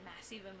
massive